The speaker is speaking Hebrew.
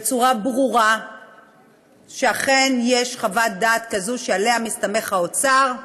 בצורה ברורה שאכן יש חוות דעת כזאת שעליה מסתמך האוצר,